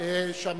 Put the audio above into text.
הצעה לסדר-היום.